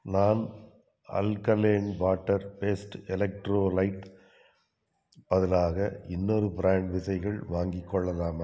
நான் alkaline water based electrolyte பதிலாக இன்னொரு ப்ராண்ட் விதைகள் வாங்கிக் கொள்ளலாமா